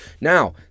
Now